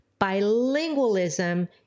Bilingualism